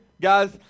Guys